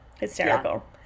Hysterical